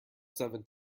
seven